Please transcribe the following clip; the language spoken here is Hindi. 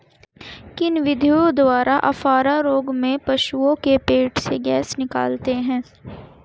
किन विधियों द्वारा अफारा रोग में पशुओं के पेट से गैस निकालते हैं?